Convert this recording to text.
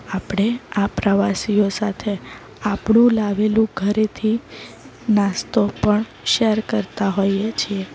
આપણે આ પ્રવાસીઓ સાથે આપણું લાવેલું ઘરેથી નાસ્તો પણ શેર કરતા હોઈએ છીએ